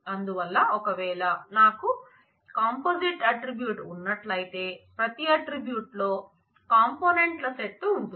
అందువల్ల ఒకవేళ నాకు కాంపోజిట్ ఆట్రిబ్యూట్ ఉన్నట్లయితే ప్రతి ఆట్రిబ్యూట్ లో కాంపోనెంట్ల సెట్ ఉంటుంది